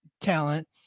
talent